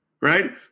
right